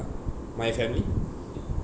my family